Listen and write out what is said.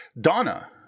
Donna